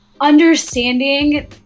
understanding